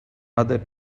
other